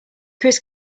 chris